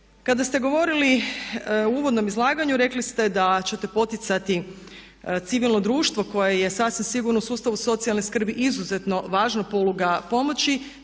Kada ste govorili u uvodnom izlaganju rekli ste da ćete poticati civilno društvo koje je sasvim sigurno u sustavu socijalne skrbi izuzetno važna poluga pomoći.